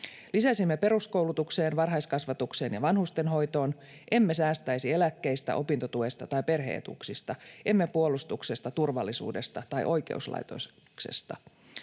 Lisäisimme peruskoulutukseen, varhaiskasvatukseen ja vanhustenhoitoon. Emme säästäisi eläkkeistä, opintotuesta tai perhe-etuuksista, emme puolustuksesta, turvallisuudesta tai oikeuslaitoksesta.